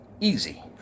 easy